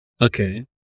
okay